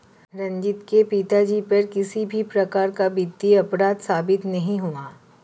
रंजीत के पिताजी पर किसी भी प्रकार का वित्तीय अपराध साबित नहीं हुआ